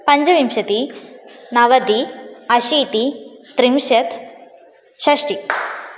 पञ्चविंशतिः नवतिः अशीतिः त्रिंशत् षष्ठिः